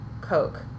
Coke